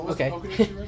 Okay